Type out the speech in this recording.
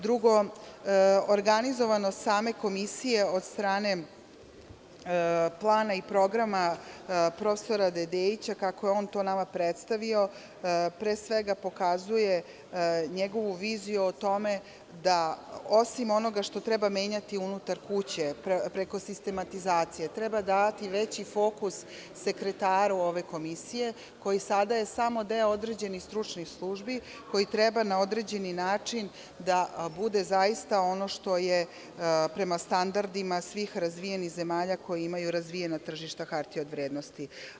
Drugo, organizovanost same Komisije od strane plana i programa prof. Dedeića, kako je on to nama predstavio, pre svega pokazuje njegovu viziju o tome da osim onoga što treba menjati unutar kuće, preko sistematizacije, treba davati veći fokus sekretaru ove komisije koji je sada samo deo određenih stručnih službi, koji treba na određeni način da bude zaista ono što je prema standardima svih razvijenih zemalja koje imaju razvijena tržišta hartija od vrednosti.